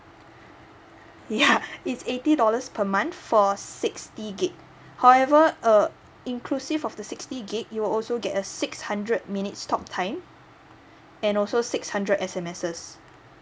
yeah it's eighty dollars per month for sixty gig however uh inclusive of the sixty gig you'll also get a six hundred minutes talk time and also six hundred S_M_Ses